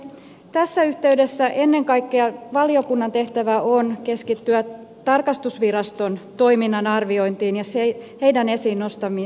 tässä yhteydessä ennen kaikkea valiokunnan tehtävä on keskittyä tarkastusviraston toiminnan arviointiin ja heidän esiin nostamiinsa seikkoihin